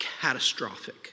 catastrophic